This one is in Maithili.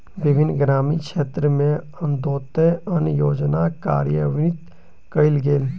विभिन्न ग्रामीण क्षेत्र में अन्त्योदय अन्न योजना कार्यान्वित कयल गेल